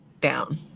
down